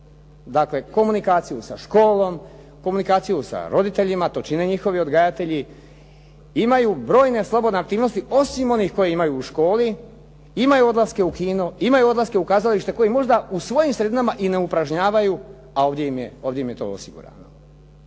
dakle, komunikaciju sa školom, komunikaciju sa roditeljima, to čine njihovi odgajatelji, imaju brojne slobodne aktivnosti osim onih koje imaju u školi, imaju odlaske u kino, imaju odlaske u kazalište, koji možda u svojim sredinama i ne upražnjavaju a ovdje im je to osigurano.